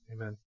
Amen